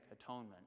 atonement